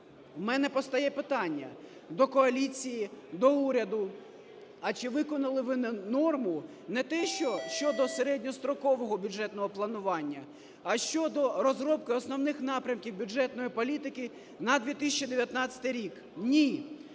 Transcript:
У мене постає питання до коаліції, до уряду: а чи виконали ви норму не те що щодо середньострокового бюджетного планування, а щодо розробки Основних напрямків бюджетної політики на 2019 рік? Ні.